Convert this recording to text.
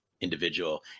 individual